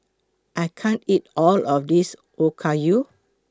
I can't eat All of This Okayu